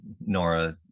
Nora